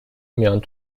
mian